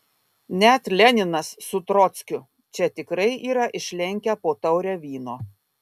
net leninas su trockiu čia tikrai yra išlenkę po taurę vyno